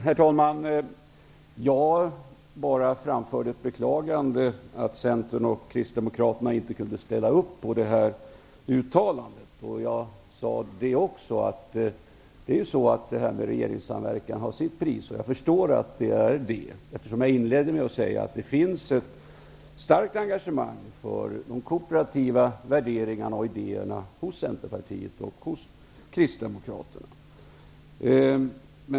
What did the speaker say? Herr talman! Jag framförde bara ett beklagande av det faktum att Centern och Kristdemokraterna inte kunde ställa upp på uttalandet. Jag sade också att regeringssamverkan har sitt pris. Jag förstår att det gäller det, eftersom jag inledde med att säga att det finns ett starkt engagemang för de kooperativa värderingarna och idéerna hos Centerpartiet och hos Kristdemokraterna.